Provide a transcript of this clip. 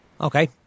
Okay